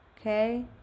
okay